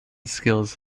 skills